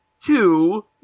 Two